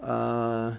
uh